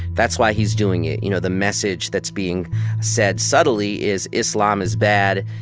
that's why he's doing it. you know, the message that's being said subtly is islam is bad.